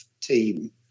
team